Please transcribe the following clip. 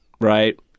right